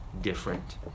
different